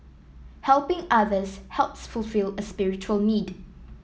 helping others helps fulfil a spiritual need